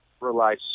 relies